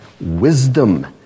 Wisdom